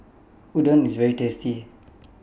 Udon IS very tasty